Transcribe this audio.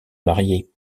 marier